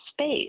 space